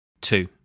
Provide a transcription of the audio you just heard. two